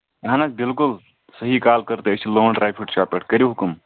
اَہن حظ بالکُل صٔحیح کال کٔر تۄہہ أسۍ چھِ لون ڈراے فروٗٹ شاپ پٹھ کٔرِو حُکُم